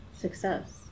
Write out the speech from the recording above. Success